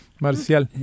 Marcial